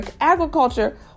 Agriculture